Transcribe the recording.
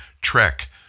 trek